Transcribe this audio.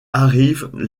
arrivent